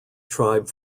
tribe